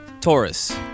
Taurus